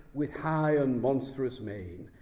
with high and monstrous mane,